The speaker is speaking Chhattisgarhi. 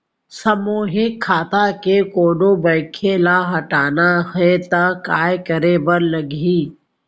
सामूहिक खाता के कोनो मनखे ला हटाना हे ता काय करे बर लागही?